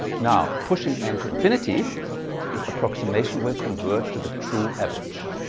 now pushing n to infinity this approximation will converge to the true average.